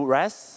rest